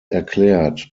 erklärt